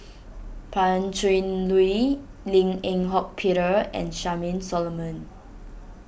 Pan Cheng Lui Lim Eng Hock Peter and Charmaine Solomon